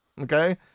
Okay